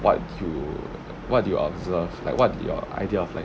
what you what do you observe like what your idea of like